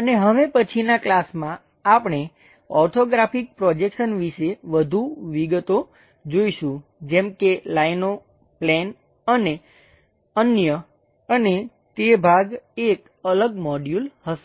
અને હવે પછીના ક્લાસમાં આપણે ઓર્થોગ્રાફિક પ્રોજેક્શન્સ વિશે વધુ વિગતો જોઈશું જેમ કે લાઈનો પ્લેન અને અન્ય અને તે ભાગ એક અલગ મોડ્યુલ હશે